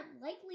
likely